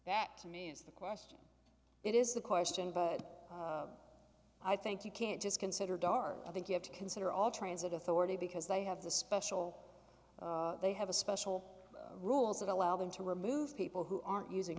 that to me is the question it is the question but i think you can't just consider dart i think you have to consider all transit authority because they have the special they have a special rules that allow them to remove people who aren't using